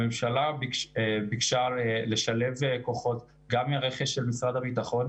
הממשלה ביקשה לשלב כוחות גם מהרכש של משרד הביטחון,